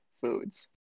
foods